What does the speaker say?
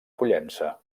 pollença